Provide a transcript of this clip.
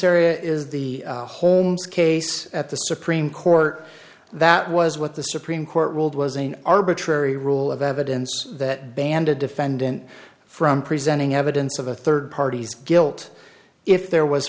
area is the holmes case at the supreme court that was what the supreme court ruled was an arbitrary rule of evidence that banned a defendant from presenting evidence of a third party's guilt if there was